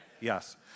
Yes